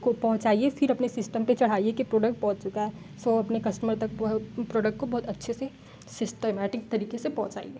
को पहुंचाइए फिर अपने सिस्टम पर चढ़ाइए कि प्रोडक्ट पहुंच चुका है सो अपने कस्टमर तक वह प्रोडक्ट को बहुत अच्छे से सिस्टमैटिक तरीक़े से पहुंचाइए